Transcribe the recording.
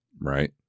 Right